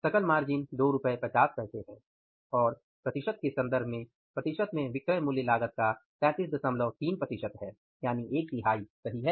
सकल मार्जिन 2 रु 50 पैसे है और प्रतिशत के संदर्भ में प्रतिशत में विक्रय मूल्य लागत का 333 प्रतिशत है सही है